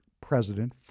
President